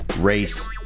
race